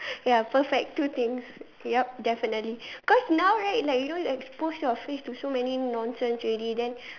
ya perfect two things yup definitely cause now right like you know you expose your face to so many nonsense already then